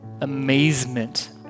amazement